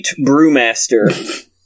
Brewmaster